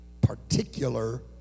particular